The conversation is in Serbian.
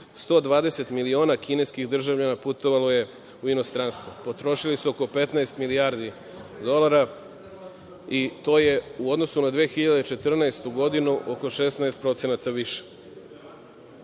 120 miliona kineskih državljana putovalo je u inostranstvo. Potrošili su oko 15 milijardi dolara, i to je u odnosu na 2014. godinu oko 15% više.